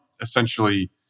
essentially